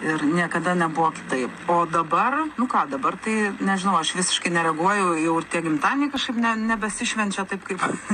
ir niekada nebuvo kitaip o dabar nu ką dabar tai nežinau aš visiškai nereaguoju jau ir tie gimtadieniai kažkaip ne nebesišvenčia taip kaip